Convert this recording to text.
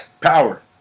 Power